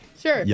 Sure